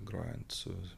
grojant su